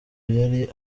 yari